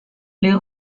les